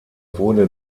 wurde